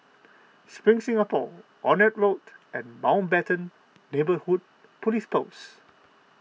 Spring Singapore Onraet Road and Mountbatten Neighbourhood Police Post